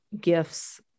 gifts